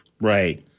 Right